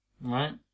Right